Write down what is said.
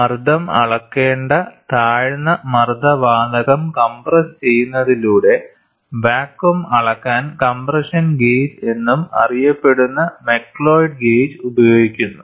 മർദ്ദം അളക്കേണ്ട താഴ്ന്ന മർദ്ദ വാതകം കംപ്രസ്സു ചെയ്യുന്നതിലൂടെ വാക്വം അളക്കാൻ കംപ്രഷൻ ഗേജ് എന്നും അറിയപ്പെടുന്ന മക്ലിയോഡ് ഗേജ് ഉപയോഗിക്കുന്നു